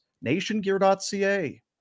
Nationgear.ca